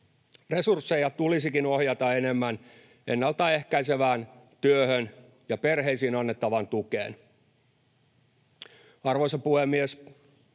Resursseja tulisikin ohjata enemmän ennalta ehkäisevään työhön ja perheisiin annettavaan tukeen. Arvoisa puhemies!